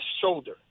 shoulder